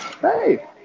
hey